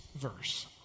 verse